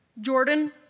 Jordan